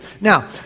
Now